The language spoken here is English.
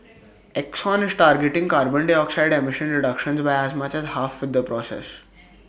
exxon is targeting carbon dioxide emission reductions by as much as half with the process